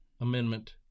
Amendment